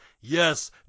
Yes